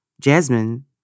Jasmine